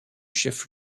chef